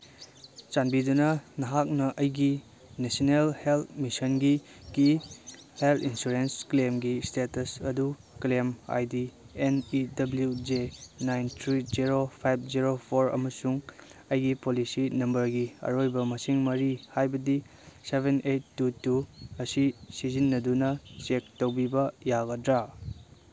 ꯆꯥꯟꯕꯤꯗꯨꯅ ꯅꯍꯥꯛꯅ ꯑꯩꯒꯤ ꯅꯦꯁꯅꯦꯜ ꯍꯦꯜꯠ ꯃꯤꯁꯟꯒꯤ ꯀꯤ ꯍꯦꯜꯠ ꯏꯟꯁꯨꯔꯦꯟꯁ ꯀ꯭ꯂꯦꯝꯒꯤ ꯏꯁꯇꯦꯇꯁ ꯑꯗꯨ claim I D N P W J nine three zero five zero four ꯑꯃꯁꯨꯡ ꯑꯩꯒꯤ ꯄꯣꯂꯤꯁꯤ ꯅꯝꯕꯔꯒꯤ ꯑꯔꯣꯏꯕ ꯃꯁꯤꯡ ꯃꯔꯤ ꯍꯥꯏꯕꯗꯤ ꯁꯚꯦꯟ ꯑꯩꯠ ꯇꯨ ꯇꯨ ꯑꯁꯤ ꯁꯤꯖꯤꯟꯅꯗꯨꯅ ꯆꯦꯛ ꯇꯧꯕꯤꯕ ꯌꯥꯒꯗ꯭ꯔꯥ